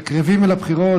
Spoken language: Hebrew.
כשקרבים אל הבחירות,